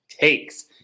Takes